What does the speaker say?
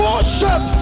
Worship